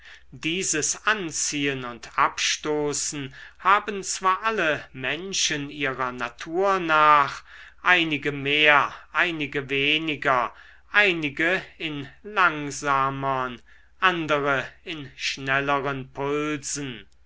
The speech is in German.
dieses anziehen und abstoßen haben zwar alle menschen ihrer natur nach einige mehr einige weniger einige in langsamern andere in schnelleren pulsen